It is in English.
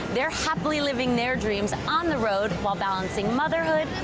they're happily living their dreams, on the road while balancing motherhood,